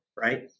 right